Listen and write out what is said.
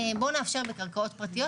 נאפשר לקרקעות פרטיות,